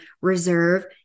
reserve